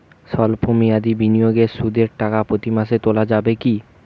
সল্প মেয়াদি বিনিয়োগে সুদের টাকা প্রতি মাসে তোলা যাবে কি?